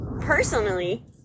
personally